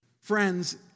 Friends